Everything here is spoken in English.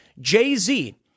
Jay-Z